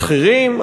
שכירים,